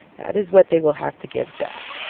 that is what they will have to give jeff.